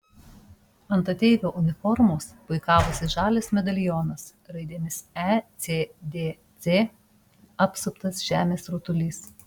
ant ateivio uniformos puikavosi žalias medalionas raidėmis ecdc apsuptas žemės rutulys